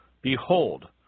Behold